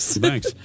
Thanks